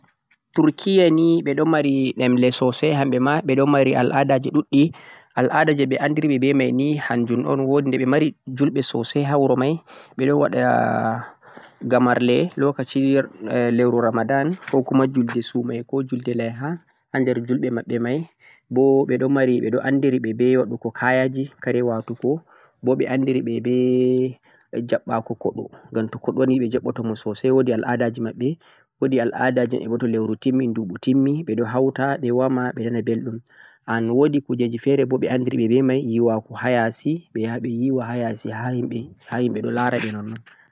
am Turkeya ni ɓe ɗon mari ɗemle sosai hamɓe ma ɓe ɗon mari al'adaji luɗɗi, al'ada je ɓe andiri ɓe mai ni hanjum un wo de ɓe ɗo mari julɓe sosai ha wuro mai, ɓe ɗo waɗa gamarle lokaci leuru Ramadhan ,kukuma julde sumaye ko julde laiha, ha der julɓe maɓɓe mai bo ɓe ɗo mari ɓe ɗo andiri ɓe be waɗugo kayaji ,kare watugo bo ɓe ɗo andiri ɓe be jaɓɓa'ku koɗo, gan to koɗo wari ni ɓe ɗo jaɓɓoto mo sosai. Wo'di al'adaji maɓɓe bo to leuru timmi, nduɓu timmi, ɓe ɗo hauta ɓe woma ɓe nana belɗum, wo'di kujeji fe're bo ɓe ɗo andiri be mai yiwa'go ha ya'si, ɓe yaha ɓe yiwa ha ya'si ha himɓe ɗo la'ra ɓe nonnon.